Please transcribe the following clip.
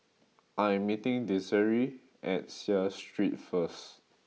I am meeting Desiree at Seah Street first